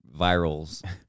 virals